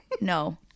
no